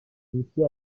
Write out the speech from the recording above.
outils